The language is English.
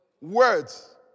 Words